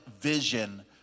vision